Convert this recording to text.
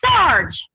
Sarge